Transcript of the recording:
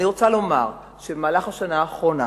אני רוצה לומר שבמהלך השנה האחרונה